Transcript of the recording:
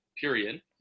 period